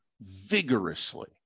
vigorously